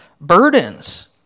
burdens